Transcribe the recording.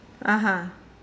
(uh huh)